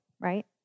right